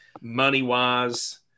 money-wise